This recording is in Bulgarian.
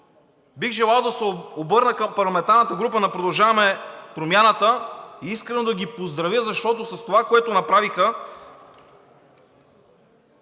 Бих желал да се обърна към парламентарната група на „Продължаваме Промяната“ и искрено да ги поздравя, защото с това, което направиха